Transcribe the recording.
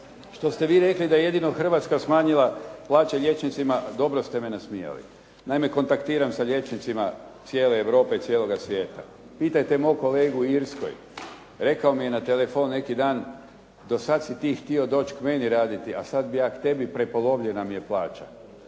Što ste vi rekli da jedino Hrvatska smanjila plaće liječnicima, dobro ste me nasmijali. Naime, kontaktiram sa liječnicima cijele Europe i cijeloga svijeta. Pitajte mog kolegu u Irskoj, rekao mi je na telefon neki dan, do sada si ti htio doći k meni raditi, a sada bi ja k tebi, prepolovljena nam je plaća.